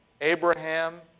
Abraham